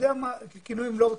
את